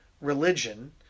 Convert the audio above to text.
religion